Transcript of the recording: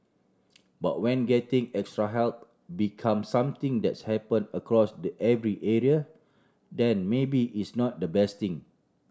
but when getting extra help become something that's happen across the every area then maybe it's not the best thing